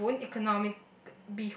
bee-hoon economic